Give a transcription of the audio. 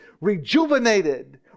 rejuvenated